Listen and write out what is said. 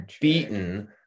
beaten